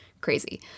crazy